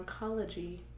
oncology